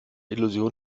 illusion